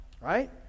right